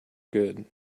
good